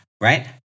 right